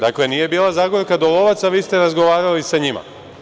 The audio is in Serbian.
Dakle, nije bila Zagorka Dolovac, a vi ste razgovarali sa njima.